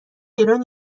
ایران